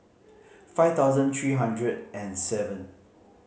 five thousand three hundred and seven